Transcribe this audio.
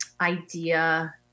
idea